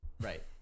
Right